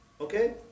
okay